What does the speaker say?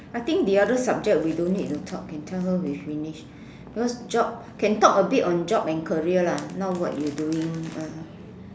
I think the other subject we don't need to talk can tell her we finish because job can talk a bit on job and career lah not what you doing ah